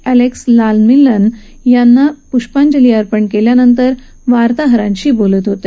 Alex Lalaminlan यांना पुष्पाजंली अर्पण केल्यानंतर वार्ताहरांशी बोलत होते